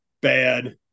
Bad